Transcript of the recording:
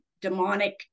demonic